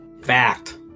Fact